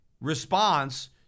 response